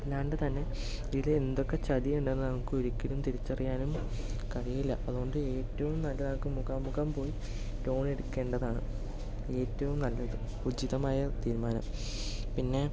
അല്ലാണ്ടു തന്നെ ഇതിൽ എന്തൊക്കെ ചതിയുണ്ടെന്ന് നമുക്ക് ഒരിക്കലും തിരിച്ചറിയാനും കഴിയില്ല അതുകൊണ്ട് ഏറ്റവും നല്ലതാക്കും മുഖാമുഖം പോയി ലോൺ എടുക്കേണ്ടതാണ് ഏറ്റവും നല്ലത് ഉചിതമായ തീരുമാനം പിന്നെ